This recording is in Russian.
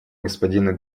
господину